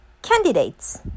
candidates